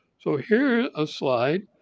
so here's a slide,